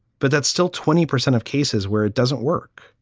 but that's still twenty percent of cases where it doesn't work,